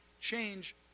change